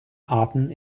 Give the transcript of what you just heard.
arten